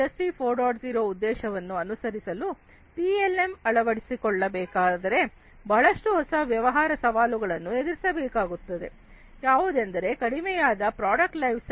0 ಉದ್ದೇಶವನ್ನು ಅನುಸರಿಸಲು ಪಿಎಲ್ಎಂ ಅಳವಡಿಸಿಕೊಳ್ಳಬೇಕಾದರೆ ಬಹಳಷ್ಟು ಹೊಸ ವ್ಯವಹಾರ ಸವಾಲುಗಳನ್ನು ಎದುರಿಸಬೇಕಾಗುತ್ತದೆ ಯಾವುದೆಂದರೆ ಕಡಿಮೆಯಾದ ಪ್ರಾಡಕ್ಟ್ ಲೈಫ್ ಸೈಕಲ್